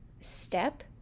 step